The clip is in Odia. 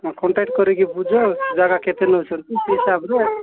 ନା କଣ୍ଟାକ୍ଟ କରି ବୁଝ ଜାଗା କେତେ ନେଉଛନ୍ତି ସେ ହିସାବରେ